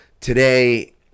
today